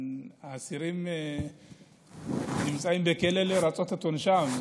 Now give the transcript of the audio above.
האסירים נמצאים בכלא לרצות את עונשם.